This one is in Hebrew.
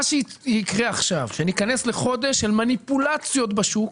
מה שיקרה עכשיו זה שניכנס לחודש של מניפולציות בשוק